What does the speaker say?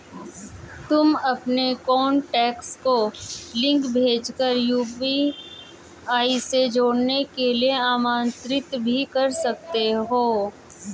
तुम अपने कॉन्टैक्ट को लिंक भेज कर यू.पी.आई से जुड़ने के लिए आमंत्रित भी कर सकते हो